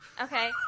Okay